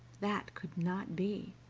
that could not be.